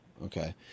okay